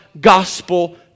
gospel